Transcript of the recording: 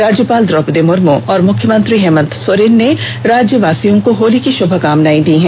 राज्यपाल द्रौपदी मुर्म और मुख्यमंत्री हेमन्त सोरेन ने राज्यवासियों को होली की शुभकामनाएं दी है